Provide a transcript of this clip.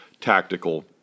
tactical